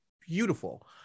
Beautiful